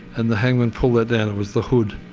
and the hangman pulled that down, it was the hood.